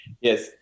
Yes